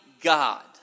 God